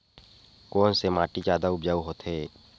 कोन से माटी जादा उपजाऊ होथे?